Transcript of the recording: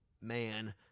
man